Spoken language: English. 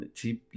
Cheap